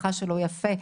המשפחה שלו יפה,